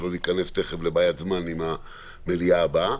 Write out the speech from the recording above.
שלא ניכנס תיכף לבעיית זמן עם המליאה הבאה.